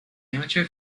amateur